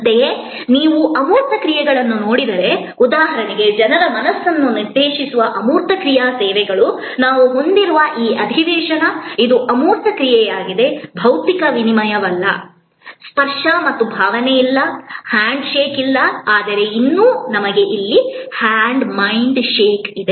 ಅಂತೆಯೇ ನೀವು ಅಮೂರ್ತ ಕ್ರಿಯೆಗಳನ್ನು ನೋಡಿದರೆ ಉದಾಹರಣೆಗೆ ಜನರ ಮನಸ್ಸನ್ನು ನಿರ್ದೇಶಿಸುವ ಅಮೂರ್ತ ಕ್ರಿಯಾ ಸೇವೆಗಳು ನಾವು ಹೊಂದಿರುವ ಈ ಅಧಿವೇಶನ ಇದು ಅಮೂರ್ತ ಕ್ರಿಯೆಯಾಗಿದೆ ಭೌತಿಕ ವಿನಿಮಯವಿಲ್ಲ ಸ್ಪರ್ಶ ಮತ್ತು ಭಾವನೆ ಇಲ್ಲ ಹ್ಯಾಂಡ್ ಶೇಕ್ ಇಲ್ಲ ಆದರೆ ಇನ್ನೂ ನಮಗೆ ಇಲ್ಲಿ ಮೈಂಡ್ ಶೇಕ್ ಇದೆ